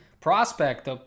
prospect